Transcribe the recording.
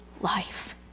life